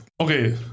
okay